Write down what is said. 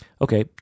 Okay